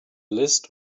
list